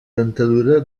dentadura